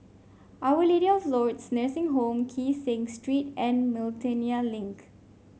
Our Lady of Lourdes Nursing Home Kee Seng Street and Miltonia Link